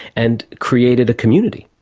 and created a community,